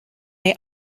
may